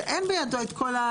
ואין בידיו את כל,